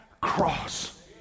cross